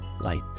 light